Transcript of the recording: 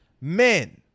men